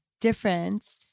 difference